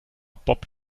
bob